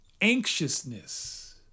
Anxiousness